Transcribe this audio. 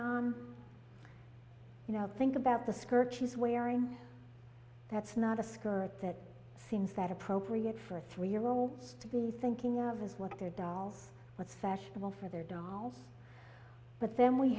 on you know think about the skirt she's wearing that's not a skirt that seems that appropriate for three year olds to be thinking of as what they're dolls what's fashionable for their dolls but then we